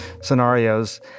scenarios